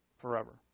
forever